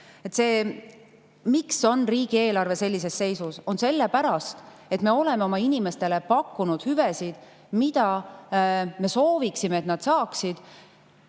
See, miks on riigieelarve sellises seisus, on sellepärast, et me oleme oma inimestele pakkunud hüvesid, mida me sooviksime, et nad saaksid